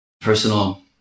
personal